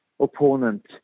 opponent